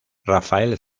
rafael